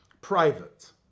private